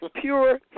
pure